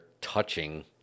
touching